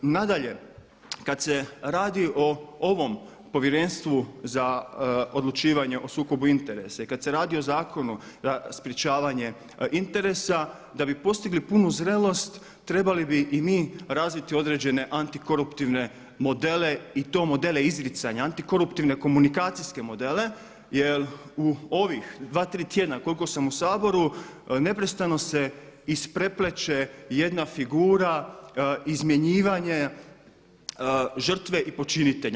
Nadalje, kad se radi o ovom Povjerenstvu za odlučivanje o sukobu interesa i kad se radi o Zakonu za sprječavanje interesa, da bi postigli punu zrelost trebali bi i mi razviti određene antikoruptivne modele i to modele izricanja, antikoruptivne komunikacijske modele jer u ovih dva, tri tjedna koliko sam u Saboru neprestano se isprepleće jedna figura izmjenjivanje žrtve i počinitelja.